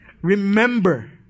Remember